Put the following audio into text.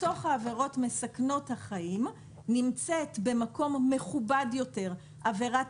בתוך העבירות מסכנות החיים נמצאת במקום מכובד יותר עבירת